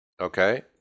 Okay